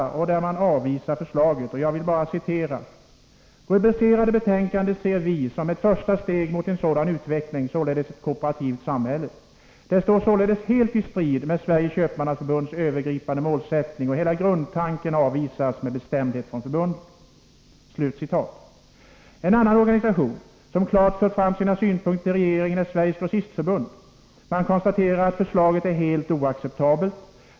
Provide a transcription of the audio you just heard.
Köpmannaförbundet avvisar förslaget och säger så här om vinstdelningsutredningen: ”Rubricerade betänkande ser vi som ett första steg mot en sådan utveckling . Det står således helt i strid med Sveriges Köpmannaförbunds övergripande målsättning och hela grundtanken avvisas med bestämdhet från förbundet.” En annan organisation som klart har fört fram sina synpunkter till regeringen är Sveriges Grossistförbund. Man konstaterar att förslaget är helt oacceptabelt.